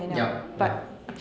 yup yup